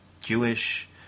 Jewish